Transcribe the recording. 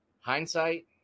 hindsight